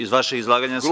Iz vašeg izlaganja sam…